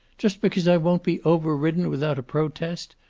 just because i won't be over-ridden without a protest!